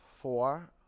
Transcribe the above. Four